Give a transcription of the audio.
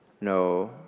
no